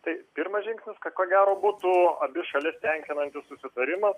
tai pirmas žingsnis kad ko gero būtų abi šalis tenkinantis susitarimas